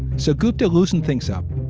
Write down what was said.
so, gupta, loosen things up.